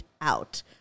out